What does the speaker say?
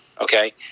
Okay